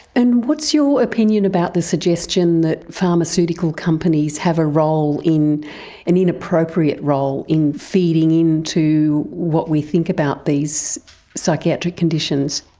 and what's your opinion about the suggestion that pharmaceutical companies have a role, an inappropriate role in feeding in to what we think about these psychiatric conditions?